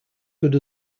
good